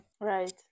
right